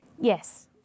Yes